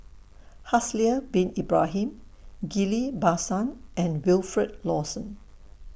Haslir Bin Ibrahim Ghillie BaSan and Wilfed Lawson